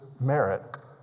merit